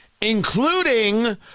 including